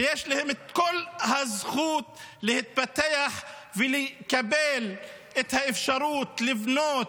שיש להם את כל הזכות להתפתח ולקבל את האפשרות לבנות